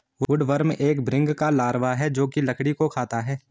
woodworm एक भृंग का लार्वा है जो की लकड़ी को खाता है